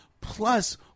plus